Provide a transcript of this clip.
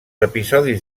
episodis